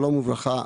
שלום וברכה.